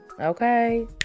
okay